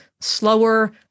slower